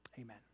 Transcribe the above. Amen